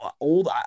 old